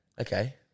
Okay